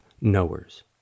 knowers